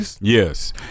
Yes